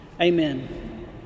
Amen